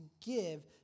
give